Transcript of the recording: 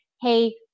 Hey